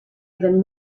even